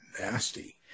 nasty